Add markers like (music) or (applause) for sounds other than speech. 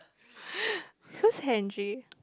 (breath) who's Henry